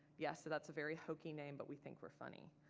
yes, that's a very hokey name, but we think we're funny.